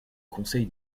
conseil